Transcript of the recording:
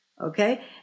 okay